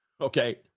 Okay